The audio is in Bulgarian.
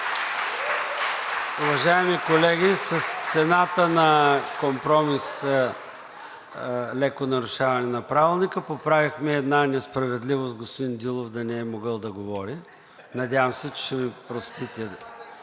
Уважаеми колеги, с цената на компромиса за леко нарушаване на Правилника, поправихме една несправедливост – господин Дилов да не е могъл да говори. Надявам се, че ще ми простите